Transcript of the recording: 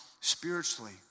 spiritually